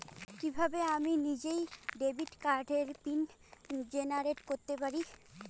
কিভাবে আমি নিজেই ডেবিট কার্ডের পিন জেনারেট করতে পারি?